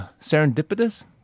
serendipitous